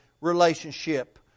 relationship